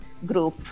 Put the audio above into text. group